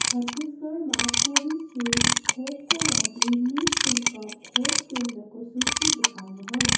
छत्तिसगढमा Covishield खोपको लागि नि शुल्क खोप केन्द्रको सूची देखाउनुहोस्